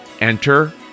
Enter